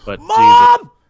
Mom